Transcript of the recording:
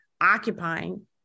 occupying